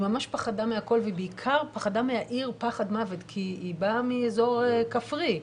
היא ממש פחדה מהכל ובעיקר פחדה מהעיר פחד מוות כי היא באה מאזור כפרי.